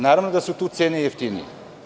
Naravno da su tu cene jeftinije.